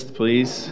please